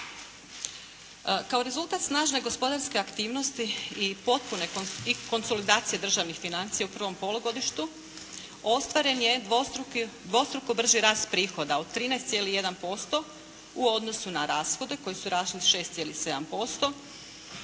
Kao rezultat snažne gospodarske aktivnosti i konsolidacije državnih financija u prvom polugodištu ostvaren je dvostruko brži rast prihoda od 13,1% u odnosu na rashode koji su rasli 6,7%.